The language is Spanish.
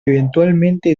eventualmente